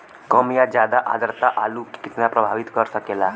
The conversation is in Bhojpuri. कम या ज्यादा आद्रता आलू के कितना प्रभावित कर सकेला?